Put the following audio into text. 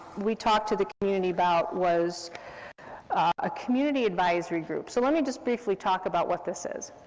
we talked to the community about was a community advisory group, so let me just briefly talk about what this is.